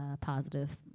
positive